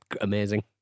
amazing